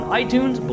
iTunes